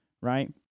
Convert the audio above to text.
right